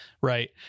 right